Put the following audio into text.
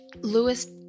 Lewis